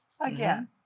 Again